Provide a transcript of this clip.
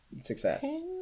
success